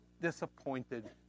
disappointed